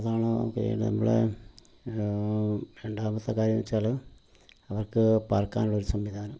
അതാണ് പിന്നെ നമ്മൾ രണ്ടാമത്തെ കാര്യമെന്ന് വെച്ചാൽ അവർക്ക് പാർക്കാനുള്ളൊരു സംവിധാനം